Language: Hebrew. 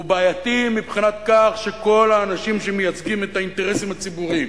הוא בעייתי מבחינת כך שכל האנשים שמייצגים את האינטרסים הציבוריים,